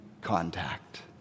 contact